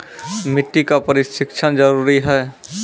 मिट्टी का परिक्षण जरुरी है?